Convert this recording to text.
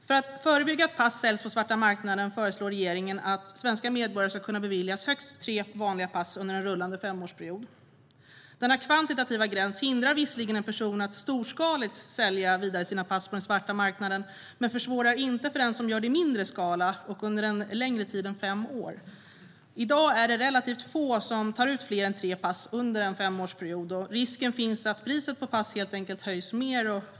För att förebygga att pass säljs på svarta marknaden föreslår regeringen att svenska medborgare ska kunna beviljas högst tre vanliga pass under en rullande femårsperiod. Denna kvantitativa gräns hindrar visserligen en person att storskaligt sälja vidare sina pass på den svarta marknaden, men den försvårar inte för den som gör det i mindre skala och under längre tid än fem år. I dag är det få som tar ut fler än tre pass under en femårsperiod. Risken finns att priset på pass helt enkelt höjs.